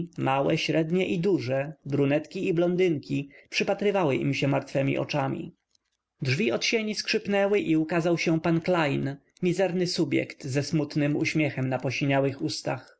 małe średnie i duże brunetki i blondynki przypatrywały się im martwemi oczami drzwi od sieni skrzypnęły i ukazał się p klejn mizerny subjekt ze smutnym uśmiechem na posiniałych ustach